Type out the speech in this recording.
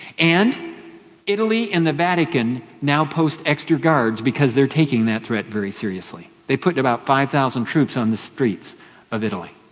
and italy and the vatican now post extra guards because they're taking that threat very seriously. they've put about five thousand troops on the streets of italy,